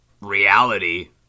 reality